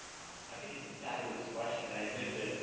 awesome. i think it's a fabulous question. and i think that,